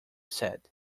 said